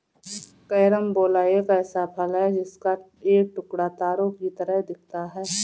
carambola एक ऐसा फल है जिसका एक टुकड़ा तारों की तरह दिखता है